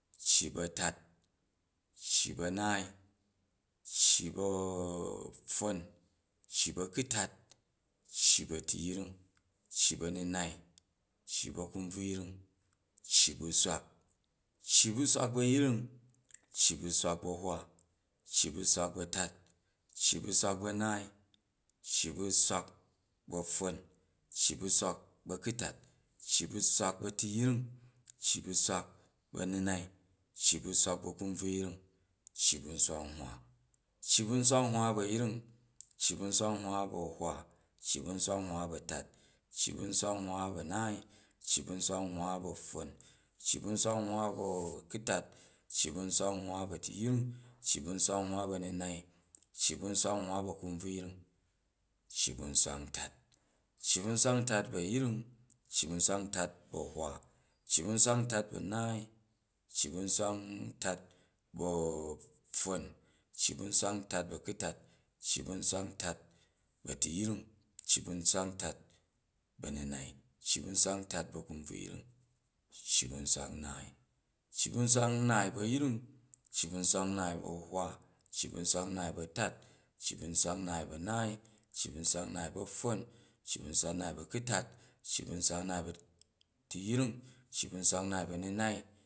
Cci bu̱ a̱tat, cci bu̱ a̱naai cci bu̱ a̱pffon, cci bu̱ a̱kutat, cci bu̱ a̱tuyring cci bu̱ a̱nunai cci bu̱ a̱kunbvuyring, cci bu̱ swak, cci bu̱ swak bu̱ a̱yring cci bu̱ nswak bu̱ a̱hwa cci bu̱ swak bu̱ a̱tat, cci bu̱ swak a̱naai, cci bu̱ swak bu̱ a̱pffon, cci bu̱ swak bu̱ swak bu̱ a̱kutat, cci bu̱ swak bu̱ a̱tuyring, cci bu swak bu̱ anunai, cci bu̱ swak bu̱ a̱kunbvuyring, cci bu̱ nswak nhwa, cci bu̱ nswak nhwa bu̱ ayring, cci bu̱ nswak nhwa bu̱ a̱tat, cci bu̱ nswak nhwa bu̱ a̱naai, cci bu̱ nswak nwa bu̱ a̱pffon, cci bu̱ nswak niwa bu̱ a̱kutat, cci bu̱ nswak nhwa bu̱ a̱tuyring, cci bu̱ nswak nhwa bu̱ a̱nunai, cci ba̱ nswak nhwa bu̱ a̱kunbvuyring, cci bu̱ nswak ntat, cci bu̱ nswak ntat bu̱ a̱yring, cci bu̱ nswak ntat bu̱ a̱hwa, cci bu̱ nswak ntat bu cci bu̱ nswak ntat bu̱ a̱yring cci bu̱ nswak nswak ntat bu̱ a̱hwa, cci bu̱ nswak ntat bu a̱naai, cci bu̱ nswak ntat bu̱ apffon cci bu̱ nswak ntat bu̱ a̱kutat cci bu̱ nswak ntat bu̱ a̱nunai cci bu̱ nswak ntat bu̱ a̱kumbvuyring cci bu̱ nswak nnaai cci bu̱ nswak nnaai bu̱ a̱yring ai bu̱ nswak nnaai bu̱ a̱hwa, cci bu̱ snwak nnaai bu̱ atat, cci bu̱ nswak nnaai bu̱ a̱naai cci ba̱ nsuba nnaai bu̱ a̱pffon ci ba̱ nswak nnaai ba̱ a̱kutat cci bu̱ nswak nnaai ba̱ a̱tuyring, cci bu̱ nswak nnaai bu̱ a̱nunai